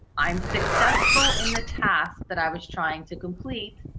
i'm successful in the task that i was trying to complete,